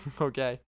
okay